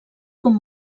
com